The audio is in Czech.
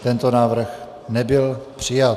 Tento návrh nebyl přijat.